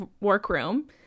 workroom